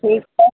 ठीक छै